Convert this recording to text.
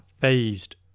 phased